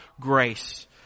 grace